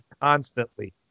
constantly